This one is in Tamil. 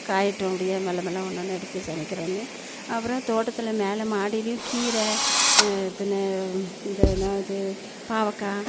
காயட்டும் அப்படியே மெல்ல மெல்ல ஒன்று ஒன்று எடுத்து சமைக்குறோன்னு அப்புறம் தோட்டத்தில் மேலே மாடியிலையும் கீரை பின்ன இந்த என்னா இது பாவக்காய்